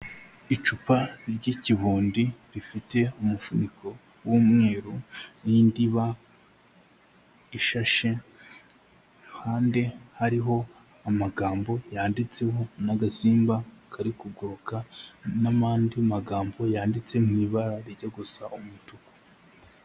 Icupa ry'ikibundi rifite umufuniko w'umweru n'indiba ishashe, iruhande hariho amagambo yanditseho, n'agasimba kari kuguruka, n'amo andi magambo yanditse mu ibara rijya gusa umutuku.